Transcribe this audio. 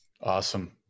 Awesome